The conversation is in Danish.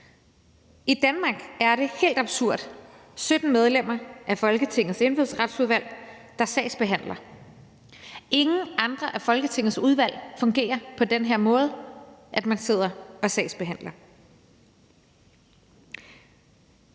I Danmark er det helt absurd 17 medlemmer af Folketingets Indfødsretsudvalg, der sagsbehandler. Ingen andre af Folketingets udvalg fungerer på den her måde, hvor man sidder og sagsbehandler.